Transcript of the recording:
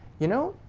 you know,